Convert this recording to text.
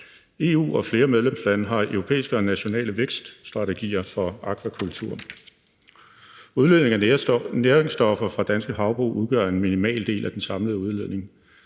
EU og flere medlemslande har europæiske og nationale vækststrategier for akvakultur. Udledningen af næringsstoffer fra danske havbrug udgør en minimal del af den samlede udledning.